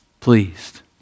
pleased